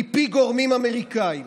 מפי גורמים אמריקאיים